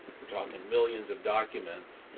we're talking millions of documents,